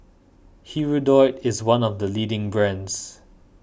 Hirudoid is one of the leading brands